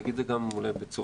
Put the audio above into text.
אני אגיד את זה אולי גם בסוף.